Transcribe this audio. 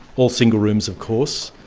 all single rooms of course.